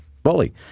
bully